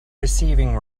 receiving